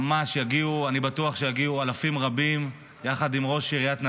אני בטוח שיגיעו אלפים רבים ,יחד עם ראש עיריית נתניה,